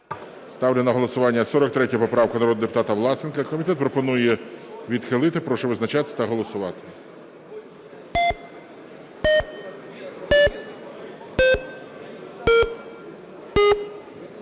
Ставлю на голосування 43 поправку народного депутата Власенка. Комітет пропонує відхилити. Прошу визначатись та голосувати.